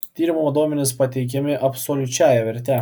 tyrimo duomenys pateikiami absoliučiąja verte